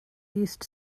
east